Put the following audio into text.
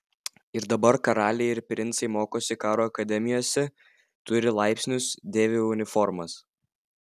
ir dabar karaliai ir princai mokosi karo akademijose turi laipsnius dėvi uniformas